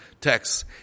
texts